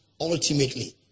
ultimately